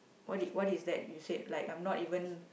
what is what is that you said like I'm not even